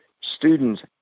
students